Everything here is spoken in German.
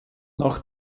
nach